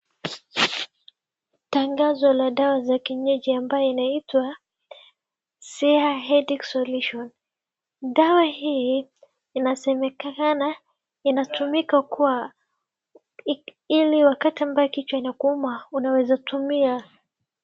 Tangazo la dawa za kienyeji ambazo zinaitwa siha headache solution , dawa hii inasemekana inatumika kuwa ili wakati ambayo kichwa inakuuma unaweza tumia.